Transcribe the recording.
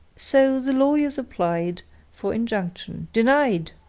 so the lawyers applied for injunction. denied,